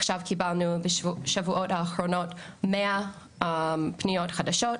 עכשיו קיבלנו בשבועות האחרונים 100 פניות חדשות,